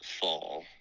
fall